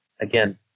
again